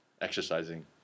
exercising